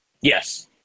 Yes